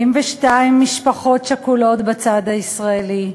72 משפחות שכולות בצד הישראלי,